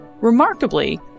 Remarkably